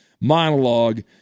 monologue